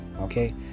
okay